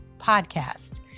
podcast